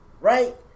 Right